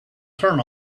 turn